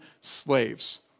slaves